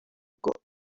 ubwo